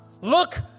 Look